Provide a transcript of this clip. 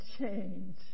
change